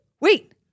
wait